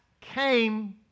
came